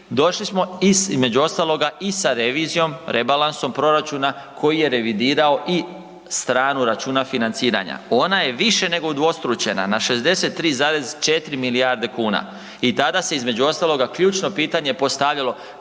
došli smo i s, između ostaloga i sa revizijom, rebalansom proračuna koji je revidirao i stranu računa financiranja. Ona je i više nego udvostručena, na 63,4 milijarde kuna i tada se između ostaloga ključno pitanje postavljalo